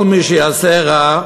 כל מי שיעשה רע,